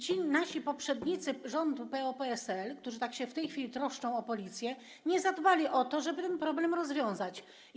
Ci nasi poprzednicy z rządu PO-PSL, którzy tak się w tej chwili troszczą o policję, nie zadbali o to, żeby ten problem rozwiązać.